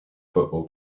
football